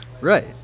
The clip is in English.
Right